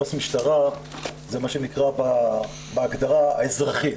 עו"ס משטרה זה מה שנקרא בהגדרה האזרחית,